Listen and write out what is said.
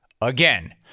Again